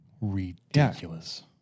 Ridiculous